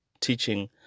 teaching